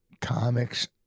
comics